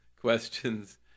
questions